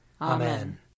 Amen